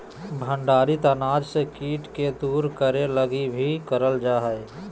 भंडारित अनाज से कीट के दूर करे लगी भी करल जा हइ